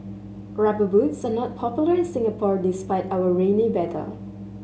Rubber Boots are not popular in Singapore despite our rainy weather